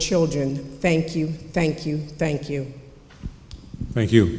children thank you thank you thank you thank you